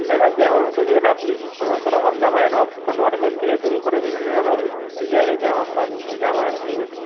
না দাদা যেমন খুঁজবেন আপনি সমস্ত রকম জামা নর্মাল থেকে শুরু করে বিভিন্ন রকম ডিজাইনের জামা পাবেন হ্যাঁ জামা স্যুট